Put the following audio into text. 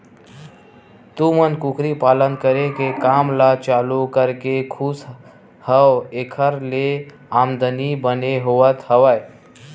तुमन कुकरी पालन करे के काम ल चालू करके खुस हव ऐखर ले आमदानी बने होवत हवय?